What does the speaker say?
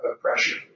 pressure